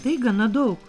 tai gana daug